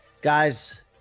Guys